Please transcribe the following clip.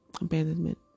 abandonment